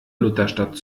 lutherstadt